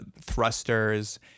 thrusters